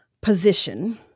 position